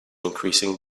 increasing